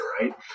Right